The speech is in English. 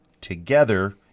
together